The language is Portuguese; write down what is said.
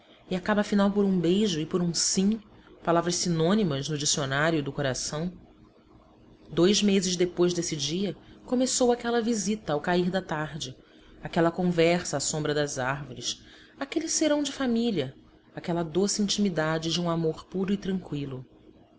e acaba afinal por um beijo e por um sim palavras sinônimas no dicionário do coração dois meses depois desse dia começou aquela visita ao cair da tarde aquela conversa à sombra das árvores aquele serão de família aquela doce intimidade de um amor puro e tranqüilo